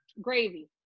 gravy